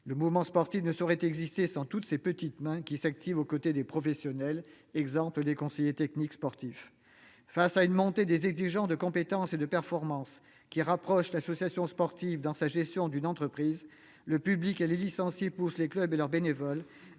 Le mouvement sportif ne saurait exister sans toutes ces petites mains qui s'activent aux côtés des professionnels. Je pense par exemple aux conseillers techniques sportifs. Face à une montée des exigences en matière de compétences et de performance qui rapprochent l'association sportive, dans sa gestion, d'une entreprise, le public et les licenciés poussent les clubs et leurs bénévoles